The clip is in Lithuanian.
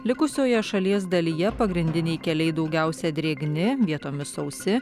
likusioje šalies dalyje pagrindiniai keliai daugiausia drėgni vietomis sausi